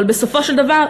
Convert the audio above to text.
אבל בסופו של דבר,